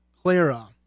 Clara